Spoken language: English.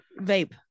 Vape